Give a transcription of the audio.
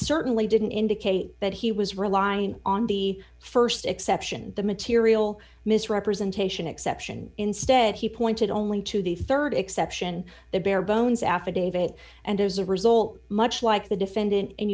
certainly didn't indicate that he was relying on the st exception the material misrepresentation exception instead he pointed only to the rd exception the bare bones affidavit and as a result much like the defendant